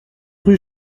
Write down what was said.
rue